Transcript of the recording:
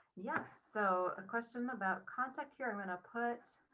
yes, so a question about contact here. i'm gonna put